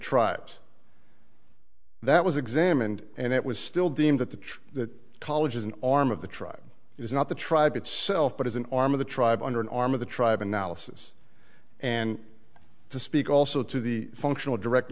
tribes that was examined and it was still deemed that the church that college is an arm of the tribe is not the tribe itself but is an arm of the tribe under an arm of the tribe analysis and to speak also to the functional direct